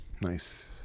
Nice